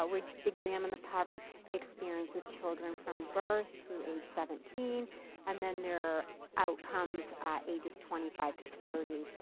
ah we examine the poverty experience with children from birth through age seventeen and then their outcomes at ages twenty five to thirty.